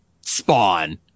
Spawn